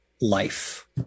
life